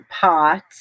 Pot